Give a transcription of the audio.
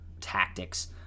tactics